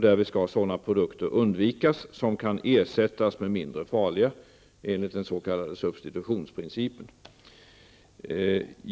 Därvid skall sådana produkter undvikas som kan ersättas med mindre farliga enligt den s.k.